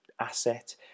asset